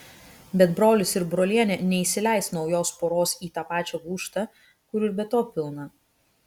bet brolis ir brolienė neįsileis naujos poros į tą pačią gūžtą kur ir be to pilna